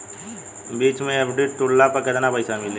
बीच मे एफ.डी तुड़ला पर केतना पईसा मिली?